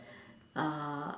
uh